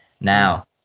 now